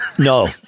No